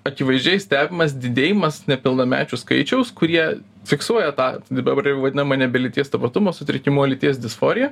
akivaizdžiai stebimas didėjimas nepilnamečių skaičiaus kurie fiksuoja tą dabar jau vadinamą nebe lyties tapatumo sutrikimą o lyties disforiją